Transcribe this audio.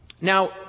Now